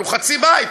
אבל הוא חצי בית,